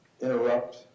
interrupt